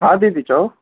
हा दीदी चओ